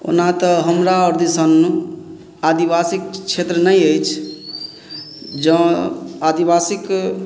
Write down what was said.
ओना तऽ हमरि दिसन आदिवासिक क्षेत्र नहि अछि जँ आदिवासिक